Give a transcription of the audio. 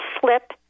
slip